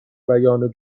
بیان